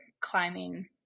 climbing